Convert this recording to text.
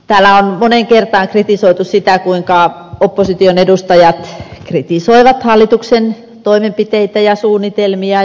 täällä on moneen kertaan kritisoitu sitä kuinka opposition edustajat kritisoivat hallituksen toimenpiteitä ja suunnitelmia